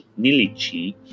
Nilichi